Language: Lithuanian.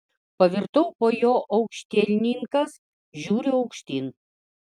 pavirtau po juo aukštielninkas žiūriu aukštyn